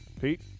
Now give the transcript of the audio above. Pete